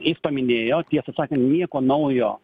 jis paminėjo tiesa nieko naujo